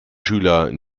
schüler